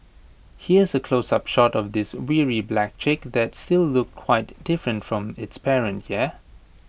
here's A close up shot of this weary black chick that still looked quite different from its parent yeah